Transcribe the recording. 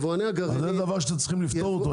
זה דבר שאתם צריכים לפתור אותו.